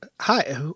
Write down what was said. Hi